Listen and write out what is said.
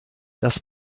das